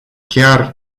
chiar